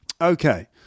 Okay